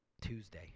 Tuesday